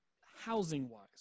Housing-wise